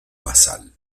basal